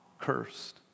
cursed